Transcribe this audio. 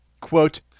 quote